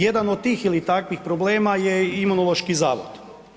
Jedan od tih ili takvih problema je Imunološki zavod.